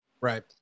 Right